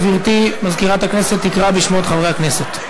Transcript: גברתי מזכירת הכנסת תקרא בשמות חברי הכנסת.